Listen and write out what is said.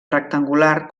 rectangular